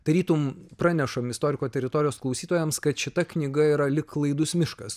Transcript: tarytum pranešam istoriko teritorijos klausytojams kad šita knyga yra lyg klaidus miškas